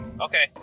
Okay